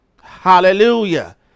hallelujah